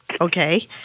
Okay